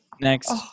Next